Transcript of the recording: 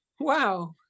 wow